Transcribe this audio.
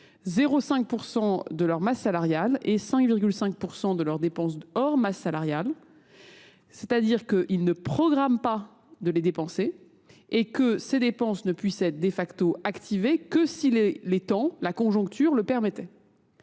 0,5% de leur masse salariale et 5,5% de leurs dépenses hors masse salariale. C'est-à-dire qu'ils ne programment pas de les dépenser et que ces dépenses ne puissent être de facto activées que si les temps, la conjoncture, le permettaient.